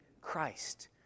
Christ